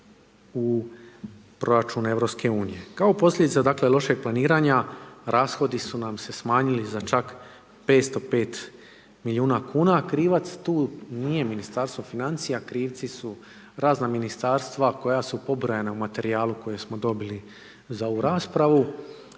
u proračunu EU. Kao posljedica lošeg planiranja, rashodi su nam se smanjili za čak 505 milijuna kn. A krivac tu nije Ministarstvo financija, krivci su razna ministarstva koja su pobrojana u materijalu koja smo dobili za ovu raspravu.